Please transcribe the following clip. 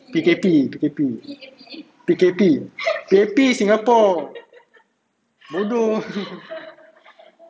P_K_P P_K_P P_K_P P_A_P singapore bodoh